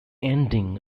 ending